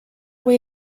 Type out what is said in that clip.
way